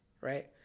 right